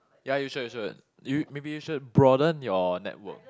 ya you should you should you maybe you should broaden your network